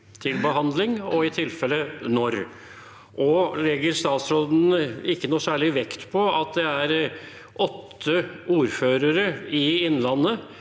til behandling, og i tilfelle når? Legger statsråden ikke noe særlig vekt på at det er åtte ordførere i Innlandet